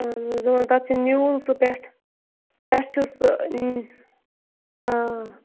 اہن حظ دَپان تَتہِ چھُ نیوٗل سُہ پٮ۪ٹھٕ تَتھ چھُ سُہ آ